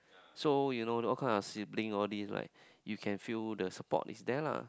so you know all kind of sibling all these like you can feel the support is there lah